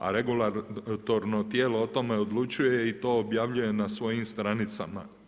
A regulatorno tijelo o tome odlučuje i to objavljuje na svojim stranicama.